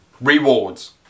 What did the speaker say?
rewards